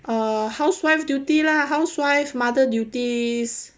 ah housewife duty lah housewife mother duties